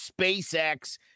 SpaceX